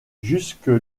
jusque